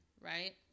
Right